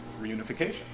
reunification